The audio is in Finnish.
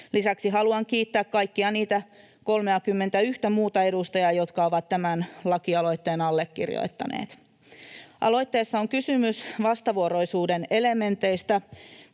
Lisäksi haluan kiittää kaikkia niitä 31 muuta edustajaa, jotka ovat tämän lakialoitteen allekirjoittaneet. Aloitteessa on kysymys vastavuoroisuuden elementeistä,